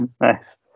nice